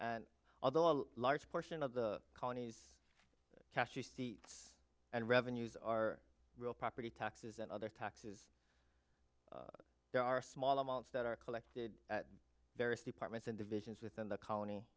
and although a large portion of the colonies cash receipts and revenues are real property taxes and other taxes there are small amounts that are collected at various departments and divisions within the co